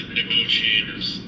negotiators